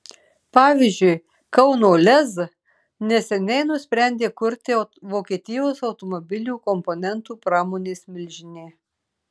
pavyzdžiui kauno lez neseniai nusprendė kurti vokietijos automobilių komponentų pramonės milžinė